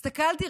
הסתכלתי,